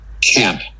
camp